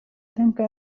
tenka